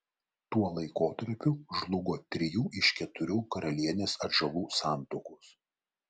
tuo laikotarpiu žlugo trijų iš keturių karalienės atžalų santuokos